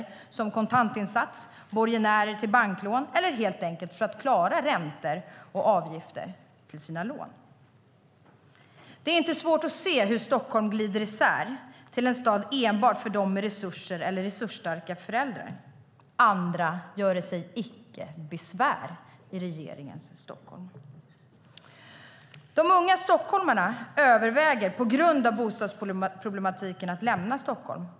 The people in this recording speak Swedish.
Föräldrarna kan stå för kontantinsatsen, vara borgenärer till banklån eller helt enkelt hjälpa till att klara räntor och avgifter för lånen. Det är inte svårt att se hur Stockholm glider isär och blir en stad enbart för dem med resurser eller resursstarka föräldrar. Andra göre sig icke besvär i regeringens Stockholm. De unga stockholmarna överväger på grund av bostadsproblematiken att lämna Stockholm.